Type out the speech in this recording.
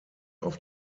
auf